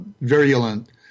virulent